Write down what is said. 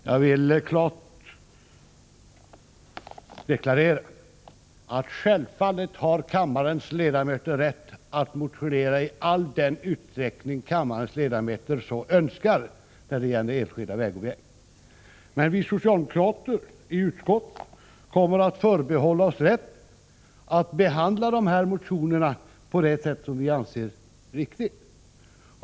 Jag vill klart deklarera att självfallet har kammarens ledamöter rätt att motionera i all den utsträckning de så önskar när det gäller enskilda vägobjekt. Men vi socialdemokrater i utskottet kommer att förbehålla oss rätten att behandla dessa motioner på det sätt som vi anser riktigt.